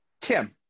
Tim